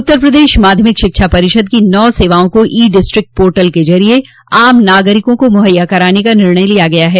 उत्तर प्रदेश माध्यमिक शिक्षा परिषद की नौ सेवाओं को ई डिस्ट्रिक्ट पोर्टल के जरिये आम नागरिकों को मुहैया कराने का निर्णय लिया गया है